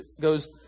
goes